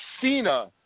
Cena